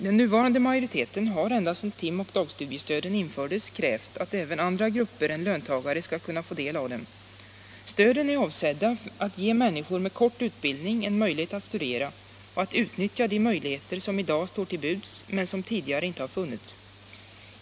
Den nuvarande majoriteten har, ända sedan tim och dagstudiestöden infördes, krävt att även andra grupper än löntagare skall kunna få del av dem. Stöden är avsedda att ge människor med kort utbildning en möjlighet att studera och att utnyttja de möjligheter som i dag står till buds men som tidigare inte har funnits.